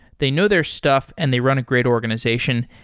they know their stuff and they run a great organization.